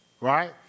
right